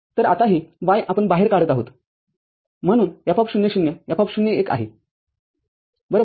तरआता हे y आपण बाहेर काढत आहोतम्हणून F00 F01आहे बरोबर